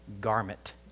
garment